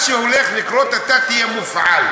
בסדר, אבל מה שהולך לקרות, אתה תהיה מופעל.